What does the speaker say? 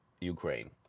Ukraine